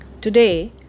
Today